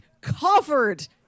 covered